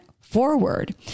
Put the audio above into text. forward